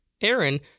Aaron